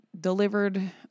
delivered